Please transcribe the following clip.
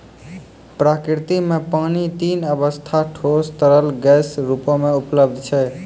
प्रकृति म पानी तीन अबस्था ठोस, तरल, गैस रूपो म उपलब्ध छै